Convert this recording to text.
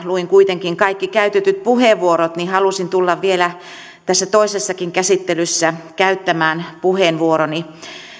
luin kuitenkin kaikki käytetyt puheenvuorot halusin tulla vielä tässä toisessakin käsittelyssä käyttämään puheenvuoroni